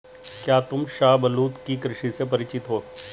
क्या तुम शाहबलूत की कृषि से परिचित हो?